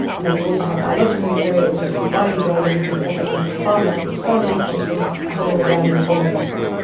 and then you also have biological materials that would biodegrade and become fertiliser for farmland, which currently comes from a hole in the ground in the form of phosphorus.